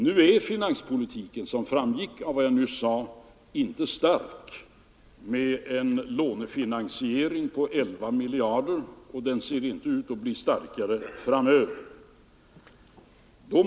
Nu är finanspolitiken, som framgick av vad jag nyss sade, inte stark — vi har en lånefinansiering på 11 miljarder — och den ser inte ut att bli starkare framöver.